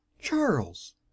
Charles